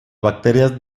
bacterias